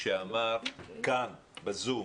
שאמר כאן, בזום,